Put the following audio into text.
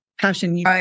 passion